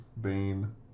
Bane